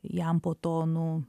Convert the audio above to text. jam po to nu